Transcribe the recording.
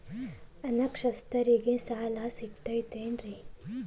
ಅನಕ್ಷರಸ್ಥರಿಗ ಸಾಲ ಸಿಗತೈತೇನ್ರಿ?